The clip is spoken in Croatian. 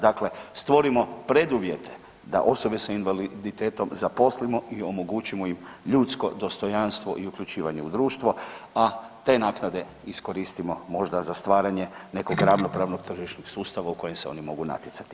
Dakle, stvorimo preduvjete da osobe s invaliditetom zaposlimo i omogućimo im ljudsko dostojanstvo i uključivanje u društvo, a te naknade iskoristimo možda za stvaranje nekog ravnopravnog tržišnog sustava u kojem se oni mogu natjecati.